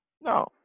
No